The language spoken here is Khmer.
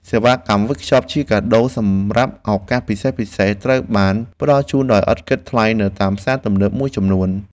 សេវាកម្មវេចខ្ចប់ជាកាដូសម្រាប់ឱកាសពិសេសៗត្រូវបានផ្ដល់ជូនដោយឥតគិតថ្លៃនៅតាមផ្សារទំនើបមួយចំនួន។